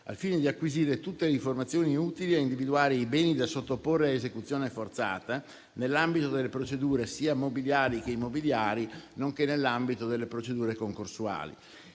al fine di acquisire tutte le informazioni utili a individuare i beni da sottoporre a esecuzione forzata nell'ambito delle procedure sia immobiliari sia mobiliari, nonché nell'ambito di quelle concorsuali.